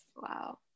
Wow